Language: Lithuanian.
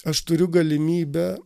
aš turiu galimybę